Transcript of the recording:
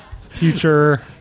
Future